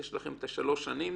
יש לכם שלוש שנים,